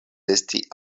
esti